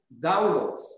downloads